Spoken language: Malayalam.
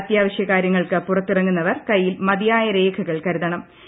അത്യാവശ്യ കാര്യങ്ങൾക്ക് പുറത്തിറങ്ങുന്നവർ കൈയിൽ മതിയായ രേഖകൾ കരുതുണ്ട്